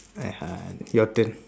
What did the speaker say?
(uh huh) your turn